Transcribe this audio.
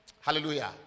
Hallelujah